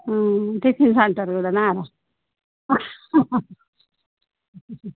tiffin centre కూడానారా